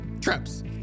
traps